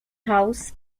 house